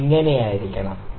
ഇത് ഇങ്ങനെയായിരിക്കണം